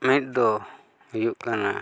ᱢᱤᱫ ᱫᱚ ᱦᱩᱭᱩᱜ ᱠᱟᱱᱟ